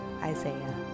Isaiah